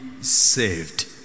saved